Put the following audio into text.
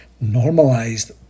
normalized